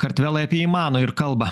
kartvelai apie jį mano ir kalba